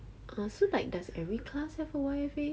ah so like does every class have a Y_F_A